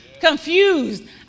confused